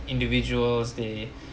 individuals they